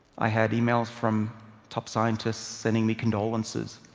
i had emails from top scientists sending me condolences.